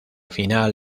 final